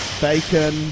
bacon